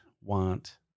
want